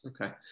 okay